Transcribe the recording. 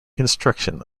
construction